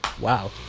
Wow